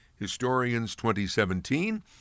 historians2017